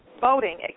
voting